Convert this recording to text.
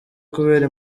kubera